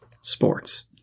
sports